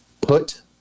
put